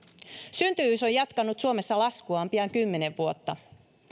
syntyvyys on jatkanut suomessa laskuaan pian kymmenen vuotta